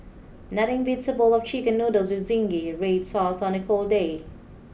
nothing beats a bowl of chicken noodles with zingy red sauce on a cold day